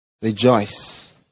rejoice